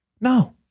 No